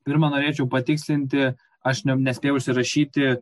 pirma norėčiau patikslinti aš nespėjau užsirašyti